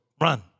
Run